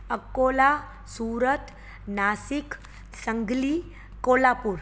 Akola Surat Nashik Sangli Kolhapur